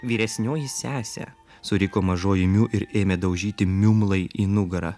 vyresnioji sese suriko mažoji miu ir ėmė daužyti miumlai į nugarą